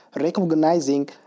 recognizing